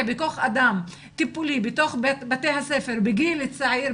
בכוח-אדם טיפולי בתוך בתי הספר בגיל צעיר,